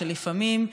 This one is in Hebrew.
שלפעמים,